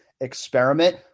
experiment